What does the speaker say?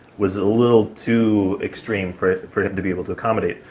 was a little too extreme for for him to be able to accommodate.